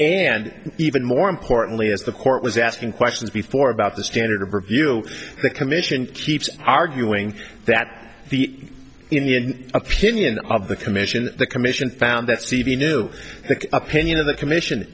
and even more importantly as the court was asking questions before about the standard of review the commission keeps arguing that the in the opinion of the commission the commission found that c v knew the opinion of the commission